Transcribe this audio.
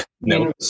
no